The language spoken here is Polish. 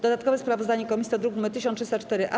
Dodatkowe sprawozdanie komisji to druk nr 1304-A.